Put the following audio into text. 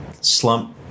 slump